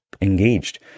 engaged